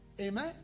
Amen